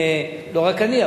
לא רק אני,